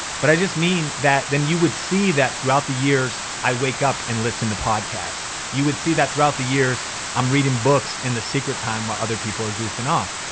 but i just mean that then you would see that throughout the years i wake up and listen to podcasts. you would see that throughout the years i'm reading books in the secret time while other people are goofing off.